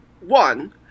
one